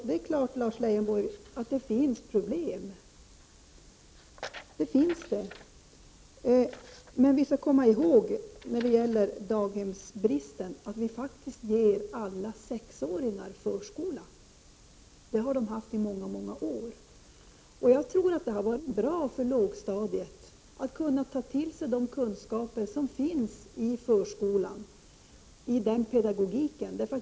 Det är klart att det finns problem, Lars Leijonborg. Men låt oss komma ihåg på tal om daghemsbristen att vi faktiskt ger alla sexåringar förskola. Det har de haft i många år. Jag tror att det har varit bra för lågstadiet att kunna ta till sig de kunskaper som ingår i förskolans pedagogik.